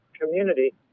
community